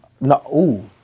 No